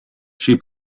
she